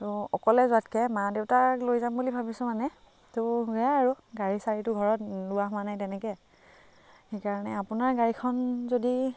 আৰু অকলে যোৱাতকৈ মা দেউতাক লৈ যাম বুলি ভাবিছোঁ মানে তো সেয়াই আৰু গাড়ী চাড়ীতো ঘৰত লোৱা হোৱা নাই তেনেকৈ সেইকাৰণে আপোনাৰ গাড়ীখন যদি